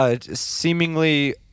seemingly